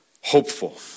hopeful